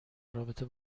رابطه